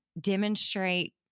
demonstrate